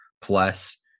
plus